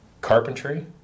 carpentry